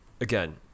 again